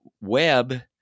web